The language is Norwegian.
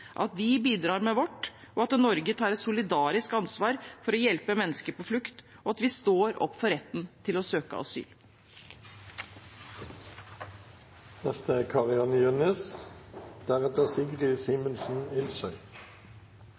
at vi bidrar med vårt, at Norge tar et solidarisk ansvar for å hjelpe mennesker på flukt, og at vi står opp for retten til å søke